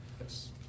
Yes